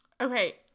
Okay